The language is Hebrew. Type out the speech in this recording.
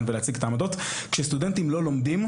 ולהציג את העמדות - כשסטודנטים לא לומדים,